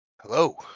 Hello